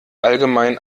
allgemein